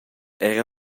era